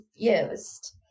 confused